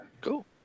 Cool